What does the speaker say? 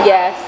Yes